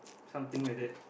something like that